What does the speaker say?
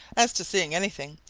as to seeing anything,